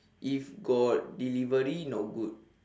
if got delivery not good